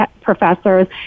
professors